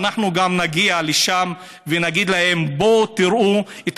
אנחנו נגיע גם לשם ונגיד להם: בואו תראו את